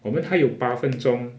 我们还有八分钟